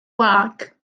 wag